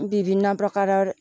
বিভিন্ন প্ৰকাৰৰ